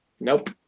Nope